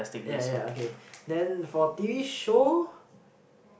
ya ya okay then for t_v show